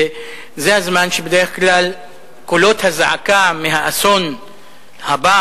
וזה הזמן בדרך כלל שקולות הזעקה על האסון הבא